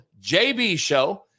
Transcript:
JBShow